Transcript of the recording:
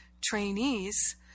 trainees